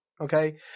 Okay